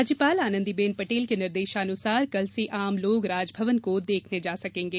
राज्यपाल आनन्दीबेन पटेल के निर्देशानुसार कल से आम लोग राजभवन को देखने आ सकेंगे